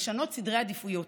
לשנות סדרי עדיפויות,